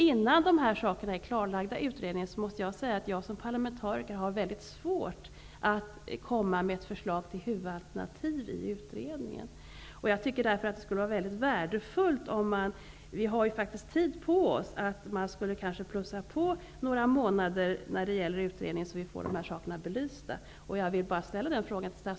Innan frågorna har klarlagts i utredningen har jag som parlamentariker mycket svårt att i utredningen presentera ett förslag till huvudalternativ. Eftersom det inte brådskar skulle det vara värdefullt att kanske plussa på några månader för utredningens arbete för att få dessa frågor belysta.